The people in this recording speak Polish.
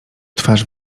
twarz